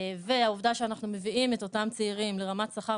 והעובדה שאנחנו מביאים את אותם צעירים לרמת שכר